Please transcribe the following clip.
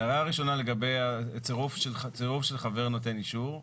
ההערה הראשונה לגבי צירוף של חבר נותן אישור.